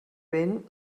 vent